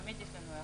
תמיד יש לנו הערות.